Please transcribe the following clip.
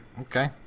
Okay